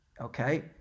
Okay